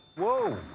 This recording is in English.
whoa.